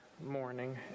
morning